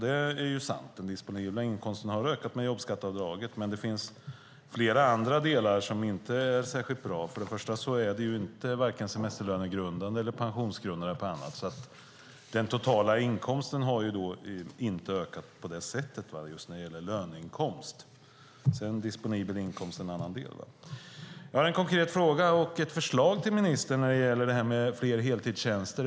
Det är sant att den disponibla inkomsten har ökat med jobbskatteavdraget, men det finns flera andra delar som inte är särskilt bra. Det är inte vare sig semesterlönegrundande eller pensionsgrundande. Den totala inkomsten har inte ökat på det sättet när det gäller löneinkomsten. Disponibel inkomst är en annan del. Jag har en konkret fråga och ett förslag till ministern när det gäller detta med fler heltidstjänster.